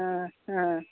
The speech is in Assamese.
অঁ অঁ